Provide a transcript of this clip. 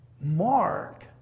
Mark